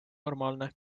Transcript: normaalne